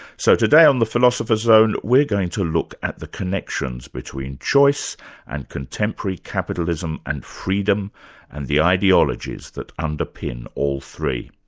so today on the philosopher's zone, we're going to look at the connections between choice and contemporary capitalism and freedom and the ideologies that underpin all three.